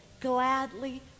gladly